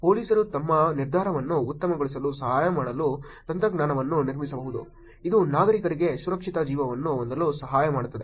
ಪೊಲೀಸರು ತಮ್ಮ ನಿರ್ಧಾರವನ್ನು ಉತ್ತಮಗೊಳಿಸಲು ಸಹಾಯ ಮಾಡಲು ತಂತ್ರಜ್ಞಾನಗಳನ್ನು ನಿರ್ಮಿಸಬಹುದು ಇದು ನಾಗರಿಕರಿಗೆ ಸುರಕ್ಷಿತ ಜೀವನವನ್ನು ಹೊಂದಲು ಸಹಾಯ ಮಾಡುತ್ತದೆ